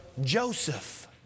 Joseph